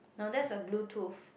no that's a bluetooth